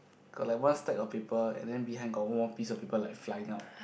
got like one stack of paper and then behind got one piece of paper like flying out